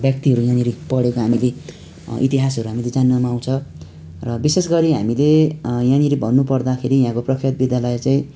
व्यक्तिहरू यहाँनिर पढेको हामीले इतिहासहरू हामीले जान्नमा आउँछ र विशेष गरी हामीले यहाँनिर भन्नु पर्दाखेरि यहाँको प्रख्यात विद्यालय चै